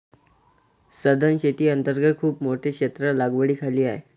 सधन शेती अंतर्गत खूप मोठे क्षेत्र लागवडीखाली आहे